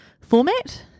format